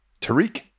Tariq